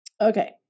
Okay